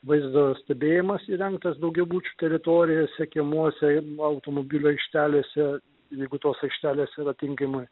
vaizdo stebėjimas įrengtas daugiabučių teritorijose kiemuose ir automobilių aikštelėse jeigu tos aikštelės yra tinkamai